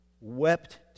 wept